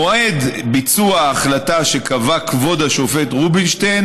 מועד ביצוע החלטה שקבע כבוד השופט רובינשטיין